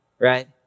right